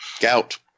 Gout